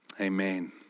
Amen